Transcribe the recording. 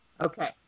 Okay